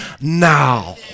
now